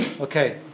Okay